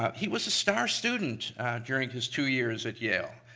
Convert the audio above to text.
he was a star student during his two years at yale.